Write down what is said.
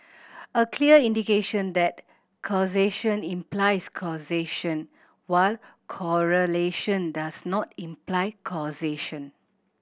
a clear indication that causation implies causation while correlation does not imply causation